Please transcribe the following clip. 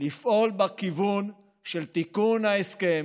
לפעול בכיוון של תיקון ההסכם,